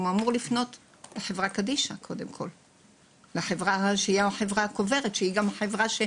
הוא אמור לפנות לחברה קדישא שהיא החברה הקוברת שאמורה